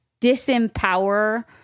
disempower